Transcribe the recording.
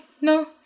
no